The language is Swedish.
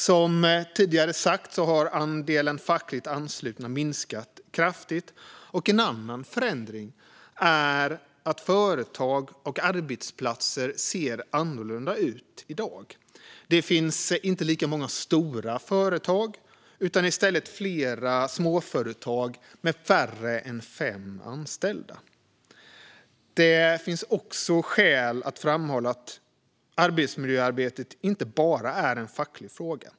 Som tidigare sagts har andelen fackligt anslutna minskat kraftigt. En annan förändring är att företag och arbetsplatser ser annorlunda ut i dag. Det finns inte lika många stora företag utan i stället fler småföretag med färre än fem anställda. Det finns också skäl att framhålla att arbetsmiljöarbetet inte bara är en facklig fråga.